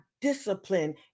discipline